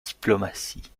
diplomatie